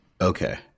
Okay